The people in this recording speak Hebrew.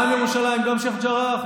גם ירושלים וגם שייח' ג'ראח,